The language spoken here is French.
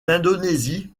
indonésie